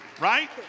right